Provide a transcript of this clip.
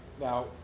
Now